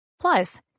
Plus